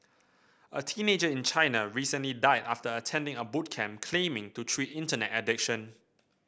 a teenager in China recently died after attending a boot camp claiming to treat Internet addiction